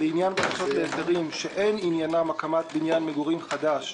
לעניין בקשות להיתרים שאין עניינן "הקמת בניין מגורים חדש"